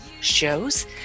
shows